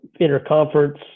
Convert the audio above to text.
interconference